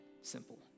simple